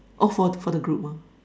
oh for for the group uh